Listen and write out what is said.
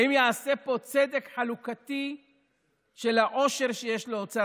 האם ייעשה פה צדק חלוקתי של העושר שיש לאוצר